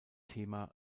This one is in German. thema